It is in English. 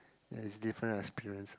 ya it's different experience